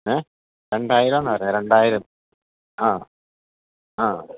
ഏഹ് രണ്ടായിരം ആണ് പറഞ്ഞത് രണ്ടായിരം ആ ആ